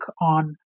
on